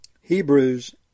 Hebrews